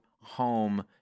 home